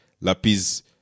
lapis